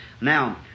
Now